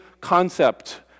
concept